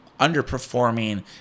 underperforming